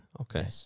okay